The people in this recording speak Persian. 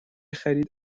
خرید